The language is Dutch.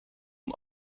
een